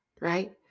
right